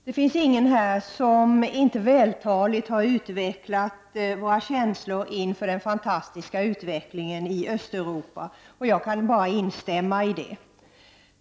Herr talman! Det finns ingen här som inte vältaligt har utvecklat våra känslor inför den fantastiska utvecklingen i Östeuropa, och jag kan bara instämma i deras yttranden.